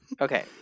Okay